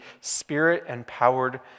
spirit-empowered